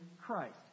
Christ